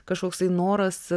kažkoksai noras